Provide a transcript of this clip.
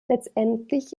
letztendlich